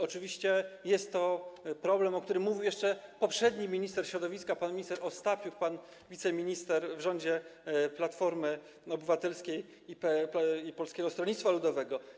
Oczywiście jest to problem, o którym mówił jeszcze poprzedni minister środowiska, pan minister Ostapiuk, wiceminister w rządzie Platformy Obywatelskiej i Polskiego Stronnictwa Ludowego.